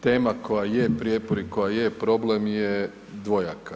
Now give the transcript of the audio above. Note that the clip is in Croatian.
Tema koja je prijepor i koja je problem je dvojaka.